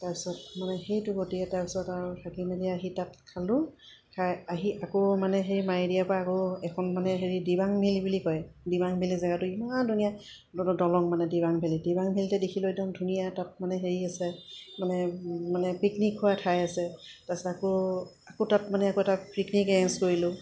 তাৰপিছত মানে সেইটো গতিয়ে তাৰপিছত আৰু থাকি মেলি আহি তাত খালোঁ খাই আহি আকৌ মানে সেই মায়েৰিয়াৰপৰা আকৌ এখন মানে হেৰি ডিবাংভেলী বুলি কয় ডিমাংভেলী জেগাটো ইমান ধুনীয়া দলং মানে ডিবাংভেলী ডিবাংভেলীতে দেখিলোঁ একদম ধুনীয়া তাত মানে হেৰি আছে মানে মানে পিকনিক হোৱা ঠাই আছে তাৰপিছত আকৌ আকৌ তাত মানে আকৌ এটা পিকনিক এৰেঞ্জ কৰিলোঁ